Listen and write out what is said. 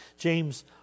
James